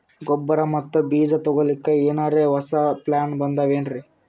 ಗೊಬ್ಬರ ಮತ್ತ ಬೀಜ ತೊಗೊಲಿಕ್ಕ ಎನರೆ ಹೊಸಾ ಪ್ಲಾನ ಬಂದಾವೆನ್ರಿ?